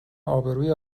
آبروی